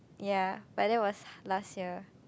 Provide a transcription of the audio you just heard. ya but that was last year